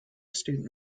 student